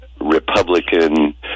Republican